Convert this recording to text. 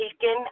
taken